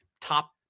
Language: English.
Top